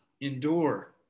endure